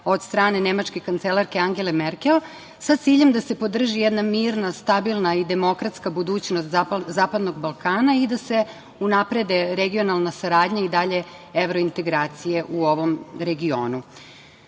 od strane nemačke kancalarke Angele Merkel sa ciljem da se podrži jedna mirna, stabilna i demokratska budućnost Zapadnog Balkana i da se unaprede regionalna saradnja i dalje evrointegracije u ovom regionu. Takođe,